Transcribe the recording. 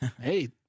Hey